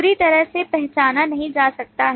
पूरी तरह से पहचाना नहीं जा सका है